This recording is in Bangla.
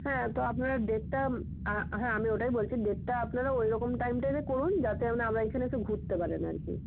হ্যাঁ তো আপনারা দেড়টা হ্যাঁ আমি ওটাই বলছি দেড়টা আপনারা ওই রকম টাইমটাতে করুন যাতে আপনা আমরা এখানে এসে ঘুরতে পারেন আর কি